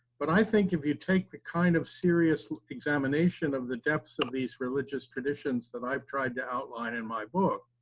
but i think if you take the kind of serious examination of the depths of these religious traditions that i've tried to outline in my book,